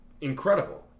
incredible